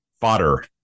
fodder